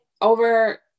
over